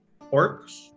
orcs